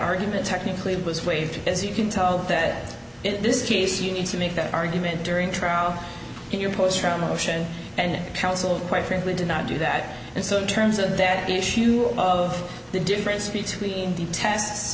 argument technically was waived as you can tell that in this case you need to make that argument during trial in your post from motion and counsel quite frankly did not do that and so in terms of that issue of the difference between the t